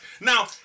now